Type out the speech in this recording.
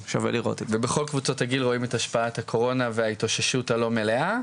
ובכל קבוצות הגיל רואים את השפעת הקורונה וההתאוששות הלא מלאה,